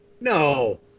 No